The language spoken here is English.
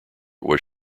was